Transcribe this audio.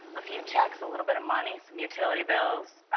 a few checks, a little bit of money, some utility bills.